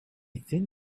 thin